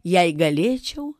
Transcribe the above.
jei galėčiau